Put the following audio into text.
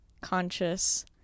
conscious